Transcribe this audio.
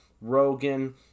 Rogan